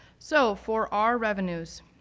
so for our revenues,